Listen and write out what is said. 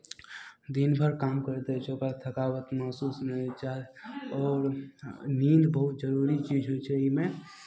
दिनभरि काम करैत रहै छै ओकरा थकावट महसूस नहि होइ छै आओर हँ नीन्द बहुत जरूरी चीज होइ छै एहिमे